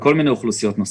וכל מיני אוכלוסיות נוספות.